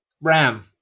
ram